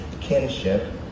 kinship